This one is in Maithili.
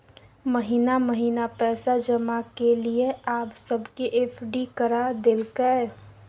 महिना महिना पैसा जमा केलियै आब सबके एफ.डी करा देलकै